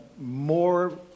more